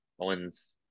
owens